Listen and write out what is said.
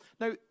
Now